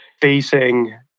facing